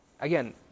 Again